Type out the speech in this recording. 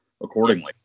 accordingly